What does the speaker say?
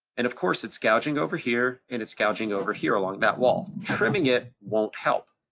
and of course it's gouging over here, and it's gouging over here along that wall. trimming it won't help.